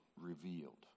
revealed